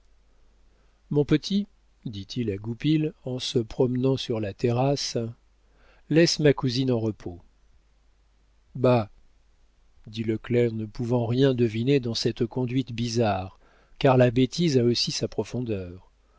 mon petit dit-il à goupil en se promenant sur la terrasse laisse ma cousine en repos bah dit le clerc ne pouvant rien deviner dans cette conduite bizarre car la bêtise a aussi sa profondeur